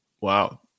Wow